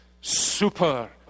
super